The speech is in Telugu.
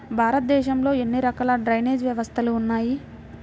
భారతదేశంలో ఎన్ని రకాల డ్రైనేజ్ వ్యవస్థలు ఉన్నాయి?